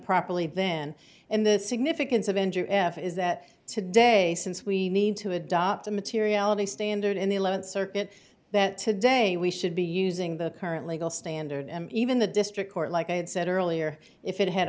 properly then in the significance of injury is that today since we need to adopt a materiality standard in the eleventh circuit that today we should be using the current legal standard even the district court like i had said earlier if it had